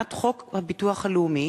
הצעת חוק הביטוח הלאומי